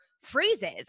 phrases